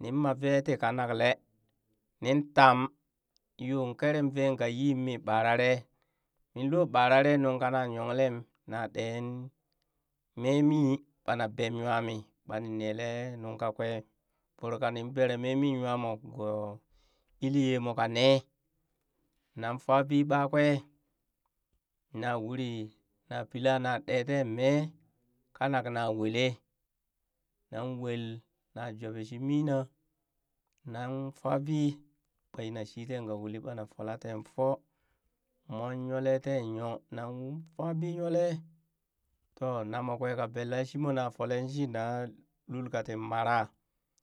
nin ma ve tii kanak lee nin tam yoo krem vee ka yim mii ɓarare min lo ɓarare nuŋ kana yonlem na ɗeen mee mii ɓani bem nywamii ɓani nelee nuŋ ka kwee voro kanin bera mimii nywamo goo iliyee moh kanee nan faabii ɓakwee na uri na pila na ɗee teen mee kanak na wulee nan wel na jobee shii miina nan faa bii ɓana yi na shii teen ka uli ɓana fola teen foo, moon nywalee teen yoo nan fa bii nywalee too namoo kwee ka belle shi na folee she na lul katin maraa